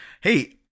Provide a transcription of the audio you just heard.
hey